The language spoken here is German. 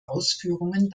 ausführungen